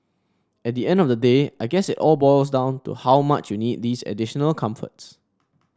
at the end of the day I guess it all boils down to how much you need these additional comforts